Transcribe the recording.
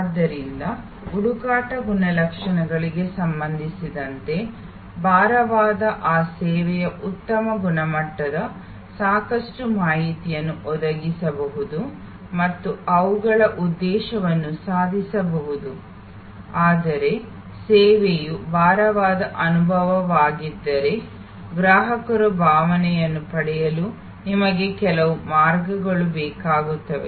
ಆದ್ದರಿಂದ ಹುಡುಕಾಟ ಗುಣಲಕ್ಷಣಗಳಿಗೆ ಸಂಬಂಧಿಸಿದಂತೆ ಭಾರವಾದ ಆ ಸೇವೆಗಳು ಉತ್ತಮ ಗುಣಮಟ್ಟದ ಸಾಕಷ್ಟು ಮಾಹಿತಿಯನ್ನು ಒದಗಿಸಬಹುದು ಮತ್ತು ಅವುಗಳ ಉದ್ದೇಶವನ್ನು ಸಾಧಿಸಬಹುದು ಆದರೆ ಸೇವೆಯು ಅನುಭವ ಭಾರದಿಂದ ಕೂಡಿದ್ದರೆ ಗ್ರಾಹಕರು ಭಾವನೆಯನ್ನು ಪಡೆಯಲು ನಿಮಗೆ ಕೆಲವು ಮಾರ್ಗಗಳು ಬೇಕಾಗುತ್ತವೆ